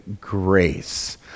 grace